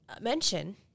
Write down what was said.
mention